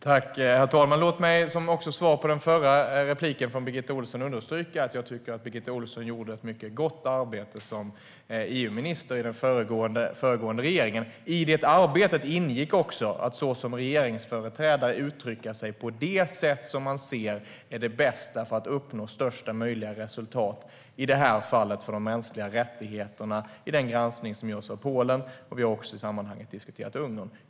Herr talman! Låt mig, också som svar på den förra repliken från Birgitta Ohlsson, understryka att jag tycker att Birgitta Ohlsson gjorde ett mycket gott arbete som EU-minister i den föregående regeringen. I det arbetet ingick också att såsom regeringsföreträdare uttrycka sig på det sätt som man ser är det bästa för att uppnå största möjliga resultat, i det här fallet för de mänskliga rättigheterna i den granskning som görs av Polen, och vi har också i det sammanhanget diskuterat Ungern.